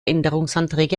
änderungsanträge